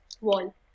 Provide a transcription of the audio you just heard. wall